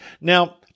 Now